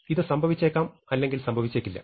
ഇത് സംഭവിച്ചേക്കാം അല്ലെങ്കിൽ സംഭവിച്ചേക്കില്ല